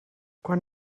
quan